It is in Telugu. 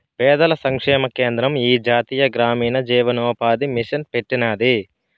పేదల సంక్షేమ కేంద్రం ఈ జాతీయ గ్రామీణ జీవనోపాది మిసన్ పెట్టినాది